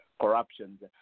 corruptions